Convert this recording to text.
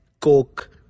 coke